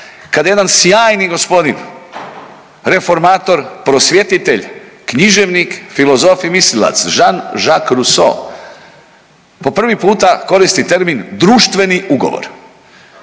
je jedan sjajni gospodin reformator, prosvjetitelj, književnik, filozof i mislilac Jean-Jacques Rousseau po prvi puta koristi termin „društveni ugovor“.